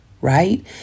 right